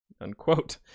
Unquote